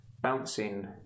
bouncing